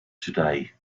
today